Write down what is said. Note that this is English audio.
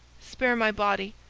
spare my body!